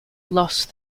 lost